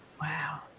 Wow